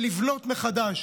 לפריפריה,